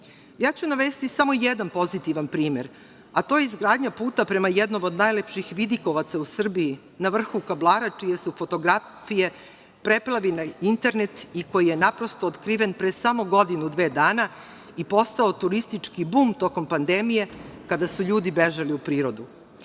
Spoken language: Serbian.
ću navesti samo jedan pozitivan primer, a to je izgradnja puta prema jednom od najlepših vidikovaca u Srbiji na vrhu Kablara, čije su fotografije preplavile internet i koji je naprosto otkriven pre samo godinu, dve dana i postao turistički bum tokom pandemije kada su ljudi bežali u prirodu. Tu